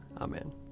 Amen